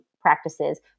practices